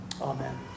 Amen